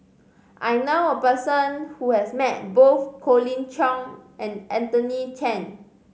I know a person who has met both Colin Cheong and Anthony Chen